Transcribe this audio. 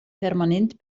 permanent